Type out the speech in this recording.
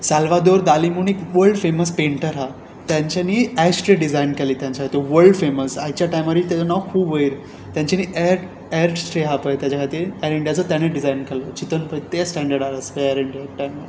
साल्वादोर दालिमुणीक world famous painter आसा तांच्यानी आयस्ट्रे डिझायन केल्ली तांच्या तूं वल्ड फेमस आयच्या टायमारूय ताजें नांव खूब वयर तांच्यानी एर एर स्ट्रे आसा पळय ताज्या खातीर एर इंडियाचो ताणेंच डिझायन केल्लो चिंतून पळय तेंच स्टँडडार आसले एर इंडिया टायमार